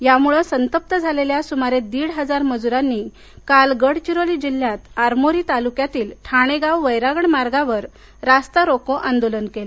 यामुळे संतप्त झालेल्या सुमारे दीड हजार मजूरांनी काल गडचिरोली जिल्ह्यात आरमोरी तालुक्यातील ठाणेगाव वैरागड मार्गावर रास्ता रोको आंदोलन केले